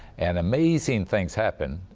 and amazing things happened.